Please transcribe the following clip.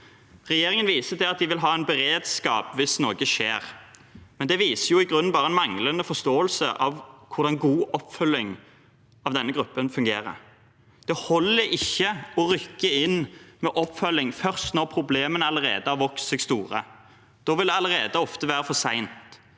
Regjeringen viser til at de vil ha en beredskap hvis noe skjer, men det viser i grunnen bare manglende forståelse for hvordan god oppfølging av denne gruppen fungerer. Det holder ikke å rykke inn med oppfølging først når problemene allerede har vokst seg store. Da vil det ofte allerede være for sent,